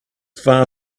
far